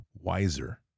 wiser